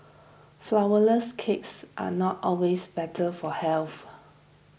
Flourless Cakes are not always better for health